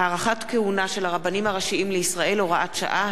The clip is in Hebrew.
(הארכת כהונה של הרבנים הראשיים לישראל) (הוראת שעה),